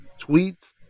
tweets